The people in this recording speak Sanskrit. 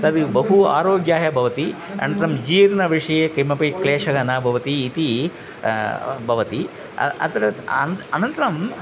तद् बहु आरोग्याः भवति अन्तरं जीर्णविषये किमपि क्लेशः न भवति इति भवति अत्र अन् अनन्तरम्